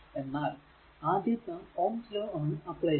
എന്നാൽ ആദ്യം നാം ഓംസ് ലോ ആണ് അപ്ലൈ ചെയ്യുക